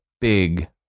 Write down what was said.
big